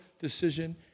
decision